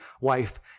wife